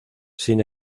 sin